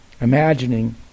imagining